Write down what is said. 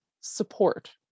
support